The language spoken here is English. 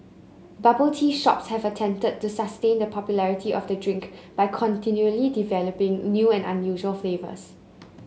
bubble tea shops have attempted to sustain the popularity of the drink by continually developing new and unusual flavours